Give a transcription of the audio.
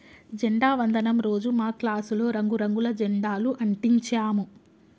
జెండా వందనం రోజు మా క్లాసులో రంగు రంగుల జెండాలు అంటించాము